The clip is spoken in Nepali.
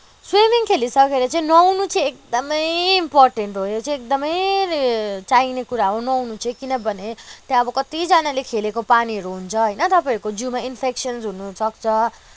स्विमिङ खेलि सकेर चाहिँ नुहाउनु चाहिँ एकदमै इम्पोर्टेन्ट हो यो चाहिँ एकदमै चाहिने कुरा हो नुहाउनु चाहिँ किनभने त्यहाँ अब कति जनाले खेलेको पानीहरू हुन्छ होइन तपाईँहरूको जिउमा इन्फेक्सन्स हुन सक्छ